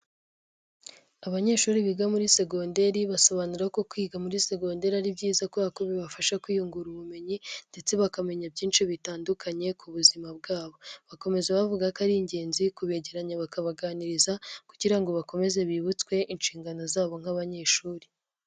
Abanyeshuri biga muri segonderi basobanura ko kwiga muri segonderi ari byiza kubera ko bibafasha kwiyungura ubumenyi ndetse bakamenya byinshi bitandukanye ku buzima bwabo, bakomeza bavuga ko ari ingenzi kubegeranya bakabaganiriza kugira ngo bakomeze bibutswe inshingano zabo nk'abanyeshuri.